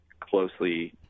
closely